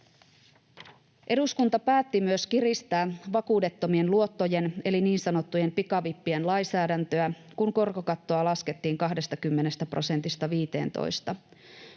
Eduskunta päätti myös kiristää vakuudettomien luottojen eli niin sanottujen pikavippien lainsäädäntöä, kun korkokattoa laskettiin 20 prosentista 15:een.